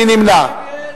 מי נמנע?